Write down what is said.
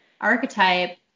archetype